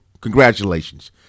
Congratulations